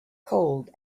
cold